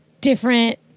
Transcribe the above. different